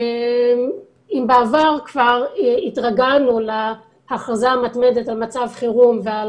אם בעבר כבר התרגלנו להכרזה המתמדת על מצב חירום ועל